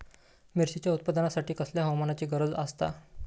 मिरचीच्या उत्पादनासाठी कसल्या हवामानाची गरज आसता?